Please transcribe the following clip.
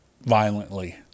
violently